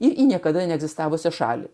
į niekada neegzistavusią šalį